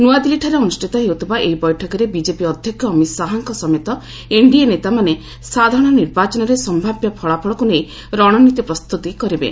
ନୂଆଦିଲ୍ଲୀଠାରେ ଅନୁଷ୍ଠିତ ହେଉଥିବା ଏହି ବୈଠକରେ ବିଜେପି ଅଧ୍ୟକ୍ଷ ଅମିତ ଶାହାଙ୍କ ସମେତ ଏନ୍ଡିଏ ନେତାମାନେ ସାଧାରଣ ନିର୍ବାଚନରେ ସମ୍ଭାବ୍ୟ ଫଳାଫଳକୁ ନେଇ ରଣନୀତି ପ୍ରସ୍ତୁତି କରିବେ